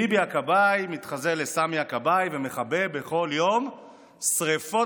ביבי הכבאי מתחזה לסמי הכבאי ומכבה בכל יום שרפות.